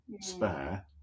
spare